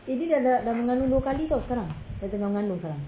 eh dia dah dah mengandung dua kali [tau] sekarang dah tengah mengandung sekarang